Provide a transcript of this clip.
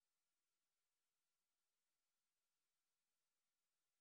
אני פותח מחדש את ועדת הכספים לדיון עם